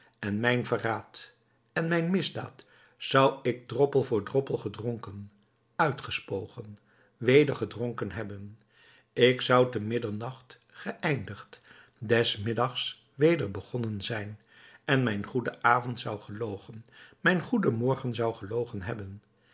en mijn verraad en mijn misdaad zou ik droppel voor droppel gedronken uitgespogen weder gedronken hebben ik zou te middernacht geëindigd des middags weder begonnen zijn en mijn goeden avond zou gelogen mijn goeden morgen zou gelogen hebben